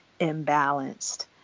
imbalanced